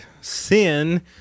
Sin